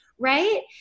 Right